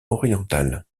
orientales